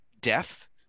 death